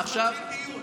ואז מתחיל דיון.